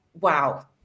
Wow